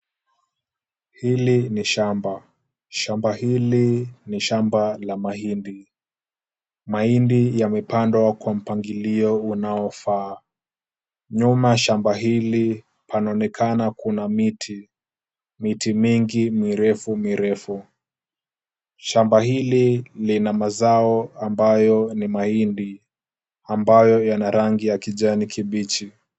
Hili ni shamba, shamba hili ni shamba la mahindi, mahindi yamepandwa kwa mpangilio unaofaa, nyuma ya shamba hili panaonekana kuna miti, miti mingi mirefu mirefu. Shamba hili lina mazao ambayo ni mahindi ambayo yana rangi ya kijani kibichi.